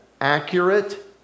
accurate